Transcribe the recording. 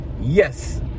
Yes